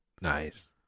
Nice